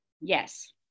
Yes